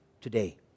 today